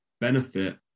benefit